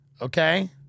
okay